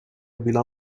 bila